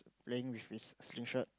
playing with his sling shot